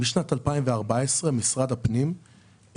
משנת 2014 משרד הפנים,